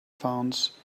funds